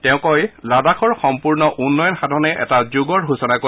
তেওঁ কয় লাডাখৰ সম্পূৰ্ণ উন্নয়ন সাধনে এটা যুগৰ সূচনা কৰিব